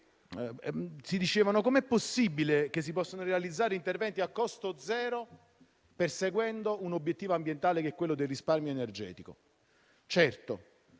si chiedevano come era possibile che si potessero realizzare interventi a costo zero perseguendo l'obiettivo ambientale del risparmio energetico. Certo,